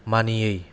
मानियै